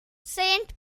saint